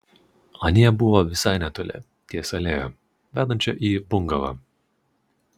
anie buvo visai netoli ties alėja vedančia į bungalą